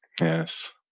yes